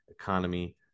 economy